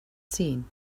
seen